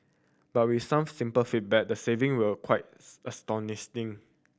but with some simple feedback the saving were quite astounding